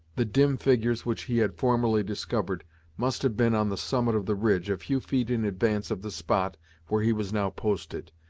the dim figures which he had formerly discovered must have been on the summit of the ridge, a few feet in advance of the spot where he was now posted.